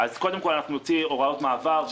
קודם כל נוציא הוראות מעבר,